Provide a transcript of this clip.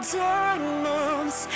diamonds